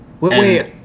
Wait